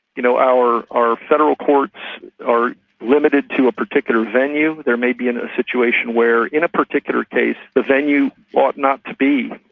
you know, our our federal courts are limited to a particular venue, there may be a situation where in a particular case the venue ought not to be,